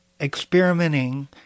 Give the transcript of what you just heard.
experimenting